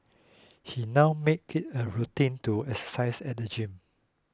he now makes it a routine to exercise at the gym